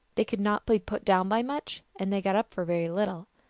they could not be put down by much, and they got up for very little.